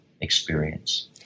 experience